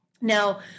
Now